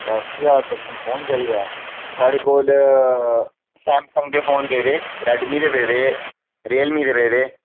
साढ़े कोल सैमसंग दे फोन पेदे रैडमीं दे पेदे रियलमीं दे पेदे